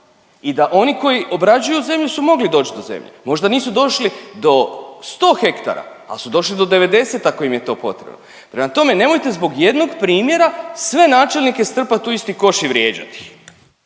i da oni koji obrađuju zemlju su mogli doći do zemlje. Možda nisu došli do 100 hektara, ali su došli do 90 ako im je to potrebno. Prema tome, nemojte zbog jednog primjera sve načelnike strpati u isti koš i vrijeđati